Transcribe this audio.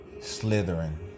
slithering